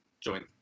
join